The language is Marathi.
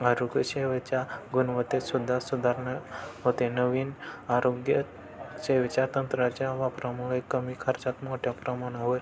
आरोग्य सेवेच्या गुणवत्तेसुद्धा सुधारणा होते नवीन आरोग्य सेवेच्या तंत्राच्या वापरामुळे कमी खर्चात मोठ्या प्रमाणावर